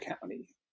County